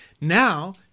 Now